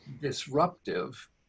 disruptive